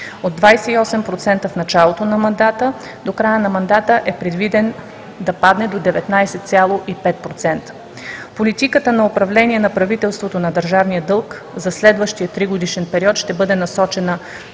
от 28% в началото на мандата, до края на мандата е предвиден да падне до 19,5%. Политиката на управление на правителството на държавния дълг за следващия тригодишен период ще бъде насочена